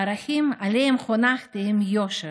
הערכים שעליהם חונכתי הם יושר,